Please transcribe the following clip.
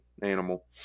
animal